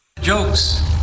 Jokes